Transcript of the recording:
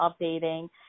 updating